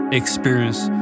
experience